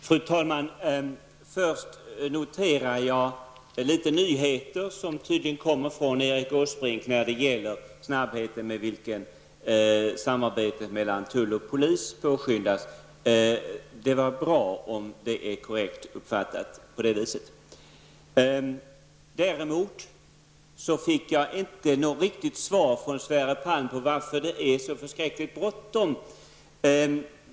Fru talman! Först noterar jag några nya besked som tydligen kommer från Erik Åsbrink, om hur samarbetet mellan tull och polis påskyndas. Det är bra, om det är korrekt uppfattat. Däremot fick jag inte något riktigt svar från Sverre Palm på varför det är så förskräckligt bråttom.